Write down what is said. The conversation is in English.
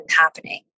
happening